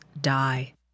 die